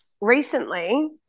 recently